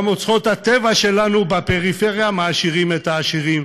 גם אוצרות הטבע שלנו בפריפריה מעשירים את העשירים